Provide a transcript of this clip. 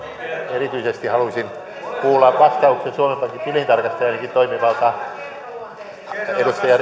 erityisesti haluaisin kuulla vastauksen suomen pankin tilintarkastajanakin toimivalta edustaja